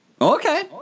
Okay